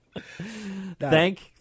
Thank